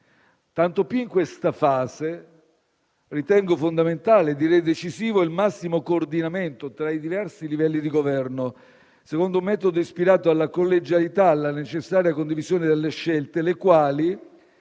Tanto più in questa fase, ritengo fondamentale - direi decisivo - il massimo coordinamento tra i diversi livelli di governo, secondo un metodo ispirato alla collegialità e alla necessaria condivisione delle scelte, le quali,